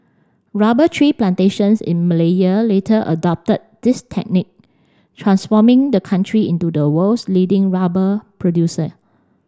rubber tree plantations in Malaya later adopted this technique transforming the country into the world's leading rubber producer